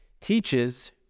teaches